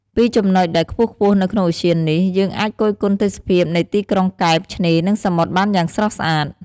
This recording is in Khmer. ពីចំណុចដែលខ្ពស់ៗនៅក្នុងឧទ្យាននេះ យើងអាចគយគន់ទេសភាពនៃទីក្រុងកែប ឆ្នេរ និងសមុទ្របានយ៉ាងស្រស់ស្អាត។